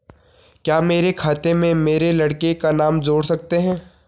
क्या मेरे खाते में मेरे लड़के का नाम जोड़ सकते हैं?